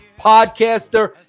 podcaster